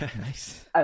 Nice